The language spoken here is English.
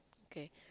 okay